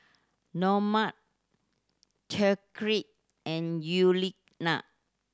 Normand and Yuliana